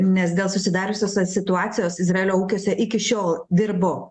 nes dėl susidariusios situacijos izraelio ūkiuose iki šiol dirbo